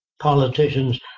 politicians